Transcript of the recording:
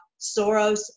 Soros